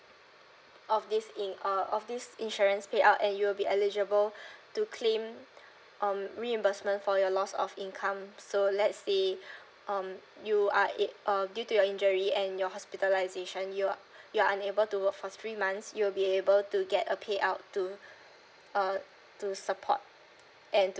of this inc~ uh of this insurance payout and you'll be eligible to claim um reimbursement for your loss of income so let's say um you are in~ uh due to your injury and your hospitalization you are you are unable to work for three months you will be able to get a payout to uh to support and to